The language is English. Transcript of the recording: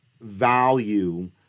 value